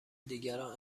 دیگران